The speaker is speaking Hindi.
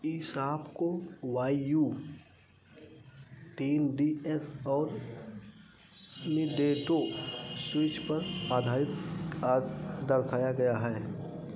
इशॉप को वाई यू तीन डी एस और निन्टेंडो स्विच पर आधारित दर्शाया गया है